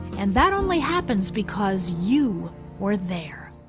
and that only happens, because you were there.